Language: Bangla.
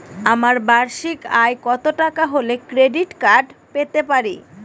আমার বার্ষিক আয় কত টাকা হলে ক্রেডিট কার্ড পেতে পারি?